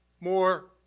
more